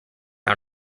out